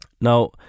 Now